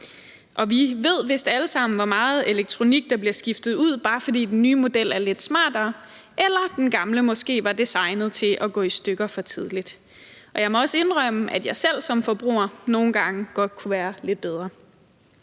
og vi ved vist alle sammen, hvor meget elektronik der bliver skiftet ud, bare fordi den nye model er lidt smartere eller den gamle måske var designet til at gå i stykker for tidligt. Jeg må også indrømme, at jeg selv som forbruger nogle gange godt kunne være lidt bedre.